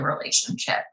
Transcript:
relationship